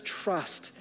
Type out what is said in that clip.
trust